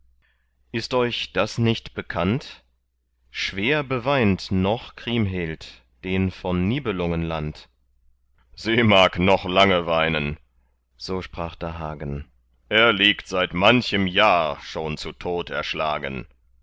ist euch das nicht bekannt schwer beweint noch kriemhild den von nibelungenland sie mag noch lange weinen so sprach da hagen er liegt seit manchem jahr schon zu tod erschlagen